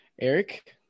Eric